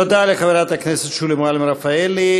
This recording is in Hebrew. תודה לחברת הכנסת שולי מועלם-רפאלי.